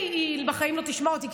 היא בחיים לא תשמע אותי,